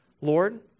Lord